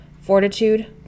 fortitude